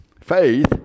Faith